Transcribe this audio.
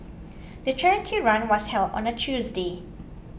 the charity run was held on a Tuesday